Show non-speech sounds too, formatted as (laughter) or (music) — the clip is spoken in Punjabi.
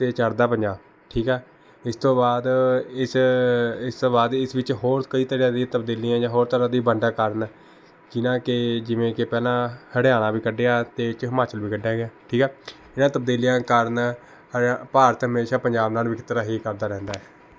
ਅਤੇ ਚੜ੍ਹਦਾ ਪੰਜਾਬ ਠੀਕ ਆ ਇਸ ਤੋਂ ਬਾਅਦ ਇਸ ਇਸ ਤੋਂ ਬਾਅਦ ਇਸ ਵਿੱਚ ਹੋਰ ਕਈ ਤਰ੍ਹਾਂ ਦੀਆਂ ਤਬਦੀਲੀਆਂ ਜਾਂ ਹੋਰ ਤਰ੍ਹਾਂ ਦੀਆਂ ਵੰਡਾਂ ਕਾਰਨ ਜਿੱਦਾਂ ਕਿ ਜਿਵੇਂ ਕਿ ਪਹਿਲਾਂ ਹਰਿਆਣਾ ਵੀ ਕੱਢਿਆ ਅਤੇ ਵਿੱਚ ਹਿਮਾਚਲ ਵੀ ਕੱਢਿਆ ਗਿਆ ਠੀਕ ਆ ਇਨ੍ਹਾਂ ਤਬਦੀਲੀਆਂ ਕਾਰਨ (unintelligible) ਭਾਰਤ ਹਮੇਸ਼ਾ ਪੰਜਾਬ ਨਾਲ ਵਿਤਕਰਾ ਹੀ ਕਰਦਾ ਰਹਿੰਦਾ ਹੈ